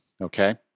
Okay